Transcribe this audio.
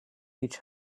each